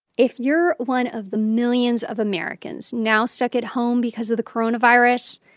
if you're one of the millions of americans now stuck at home because of the coronavirus,